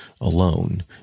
alone